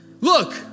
look